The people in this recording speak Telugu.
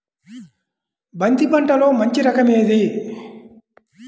బంతి పంటలో మంచి రకం ఏది?